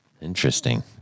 Interesting